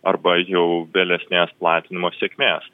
arba jau vėlesnės platinimo sėkmės